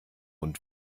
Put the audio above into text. und